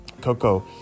Coco